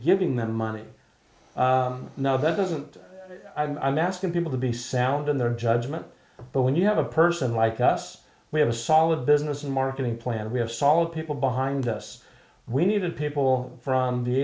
giving them money no that doesn't i'm asking people to be sound in their judgment but when you have a person like us we have a solid business in marketing plan we have solid people behind us we need people from the